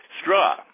Straw